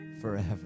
forever